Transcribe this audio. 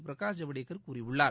பிரகாஷ் ஜவ்டேகர் கூறியுள்ளார்